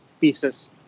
pieces